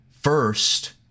First